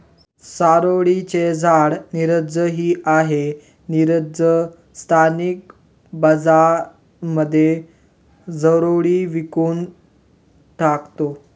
चारोळी चे झाड नीरज ची आहे, नीरज स्थानिक बाजारांमध्ये चारोळी विकून टाकतो